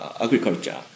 agriculture